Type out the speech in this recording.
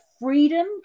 freedom